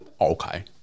okay